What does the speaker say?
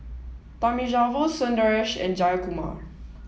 Thamizhavel Sundaresh and Jayakumar